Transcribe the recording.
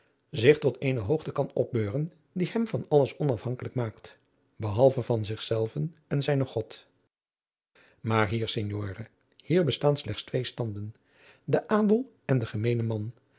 zich tot eene hoogte kan opbeuren die hem van alles onafhankelijk maakt behalve van zich adriaan loosjes pzn het leven van maurits lijnslager zelven en zijnen god maar hier signore hier bestaan slechts twee standen de adel en de gemeene man